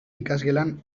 ikasgelan